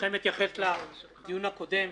ברשותכם אתייחס לדיון הקודם.